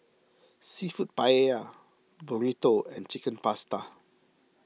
Seafood Paella Burrito and Chicken Pasta